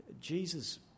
Jesus